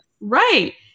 Right